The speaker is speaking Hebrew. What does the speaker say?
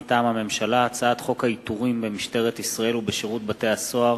מטעם הממשלה: הצעת חוק העיטורים במשטרת ישראל ובשירות בתי-הסוהר